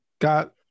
got